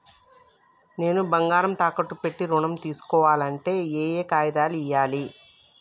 నేను బంగారం తాకట్టు పెట్టి ఋణం తీస్కోవాలంటే ఏయే కాగితాలు ఇయ్యాలి?